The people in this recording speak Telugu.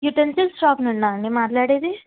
యుటెన్సిల్ షాప్ నుండి అండి మాట్లాడేది